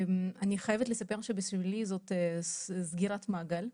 אני חייבת לספר שבשבילי זו סגירת מעגל.